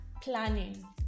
planning